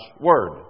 Word